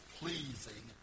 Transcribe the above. pleasing